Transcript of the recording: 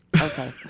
Okay